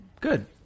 Good